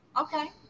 Okay